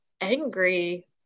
angry